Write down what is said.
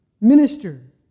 Minister